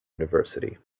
university